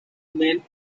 main